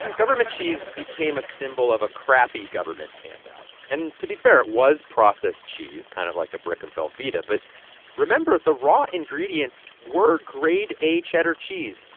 government cheese became a symbol of a crappy government handout. and to be fair, it was processed cheese kind of like a brick of velveeta. but remember the raw ingredients were grade a cheddar cheese,